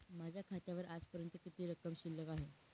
माझ्या खात्यावर आजपर्यंत किती रक्कम शिल्लक आहे?